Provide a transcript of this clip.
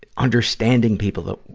understanding people, that,